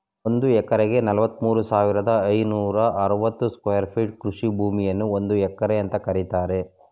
ಒಂದ್ ಎಕರೆಗೆ ನಲವತ್ಮೂರು ಸಾವಿರದ ಐನೂರ ಅರವತ್ತು ಸ್ಕ್ವೇರ್ ಫೀಟ್ ಕೃಷಿ ಭೂಮಿಯನ್ನು ಒಂದು ಎಕರೆ ಅಂತ ಕರೀತಾರೆ